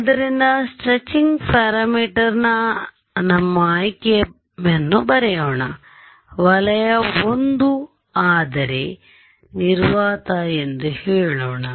ಆದ್ದರಿಂದ stretching parameter ನ ನಮ್ಮ ಆಯ್ಕೆಯನ್ನು ಬರೆಯೋಣ ವಲಯ 1 ಆದರೆ ನಿರ್ವಾತ ಎಂದು ಹೇಳೋಣ